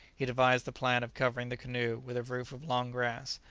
he devised the plan of covering the canoe with a roof of long grass,